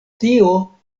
tio